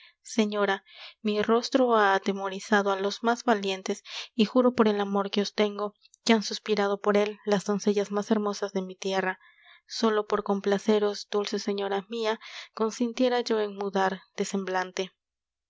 señora mi rostro ha atemorizado á los más valientes y juro por el amor que os tengo que han suspirado por él las doncellas más hermosas de mi tierra sólo por complaceros dulce señora mia consintiera yo en mudar de semblante